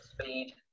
speed